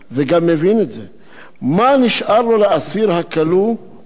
מה נשאר לו לאסיר הכלוא, הוא מתגעגע לבני ביתו,